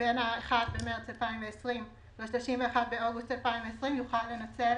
בין ה-1 במארס 2020 ל-31 באוגוסט 2020 יוכל לנצל